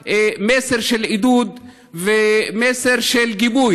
מלכודת מוות לכל הצעירים ולכל האנשים החלשים שמגיעים